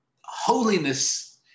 holiness